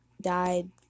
died